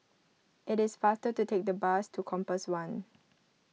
it is faster to take the bus to Compass one